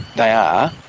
they are.